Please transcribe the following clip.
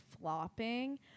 flopping